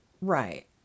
Right